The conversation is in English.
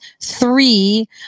three